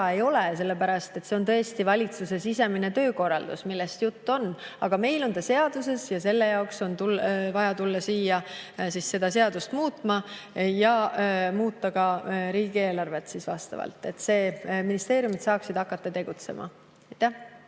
ei ole, sest see on tõesti valitsuse sisemine töökorraldus, millest jutt on. Aga meil on see seaduses ja selle jaoks on vaja tulla siia seda seadust muutma ja muuta vastavalt ka riigieelarvet, et ministeeriumid saaksid hakata tegutsema.